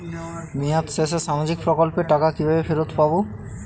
মেয়াদ শেষে সামাজিক প্রকল্পের টাকা কিভাবে ফেরত পাবো?